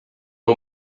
who